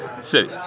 city